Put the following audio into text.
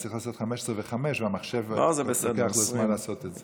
אני צריך לעשות 15 ו-5 ובמחשב לוקח לי זמן לעשות את זה.